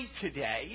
today